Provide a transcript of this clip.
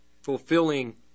Fulfilling